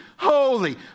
Holy